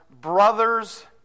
brother's